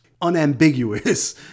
unambiguous